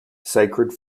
sacred